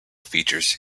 features